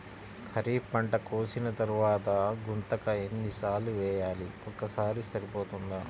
ఖరీఫ్ పంట కోసిన తరువాత గుంతక ఎన్ని సార్లు వేయాలి? ఒక్కసారి సరిపోతుందా?